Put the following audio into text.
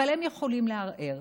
אבל הם יכולים לערער.